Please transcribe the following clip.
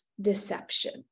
deception